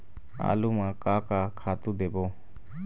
आलू म का का खातू देबो?